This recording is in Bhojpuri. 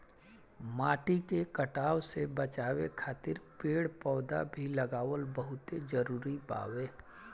माटी के कटाव से बाचावे खातिर पेड़ पौधा भी लगावल बहुत जरुरी बावे